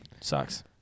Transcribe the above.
sucks